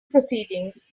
proceedings